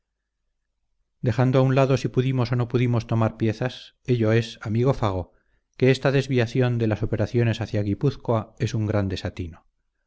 dejando a un lado si pudimos o no pudimos tomar piezas ello es amigo fago que esta desviación de las operaciones hacia guipúzcoa es un gran desatino